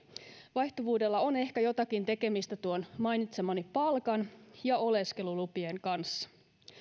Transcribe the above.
vaihtuvuudella on ehkä jotakin tekemistä tuon mainitsemani palkan ja oleskelulupien kanssa